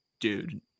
dude